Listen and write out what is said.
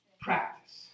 Practice